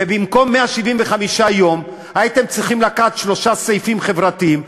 ובמקום 175 יום הייתם צריכים לקחת שלושה סעיפים חברתיים,